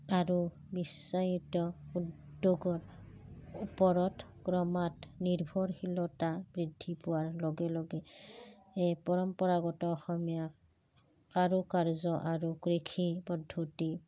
আৰু বিশ্বায়িত উদ্যোগৰ ওপৰত ক্ৰমাত নিৰ্ভৰশীলতা বৃদ্ধি পোৱাৰ লগে লগে পৰম্পৰাগত অসমীয়া কাৰুকাৰ্য আৰু কৃষি পদ্ধতি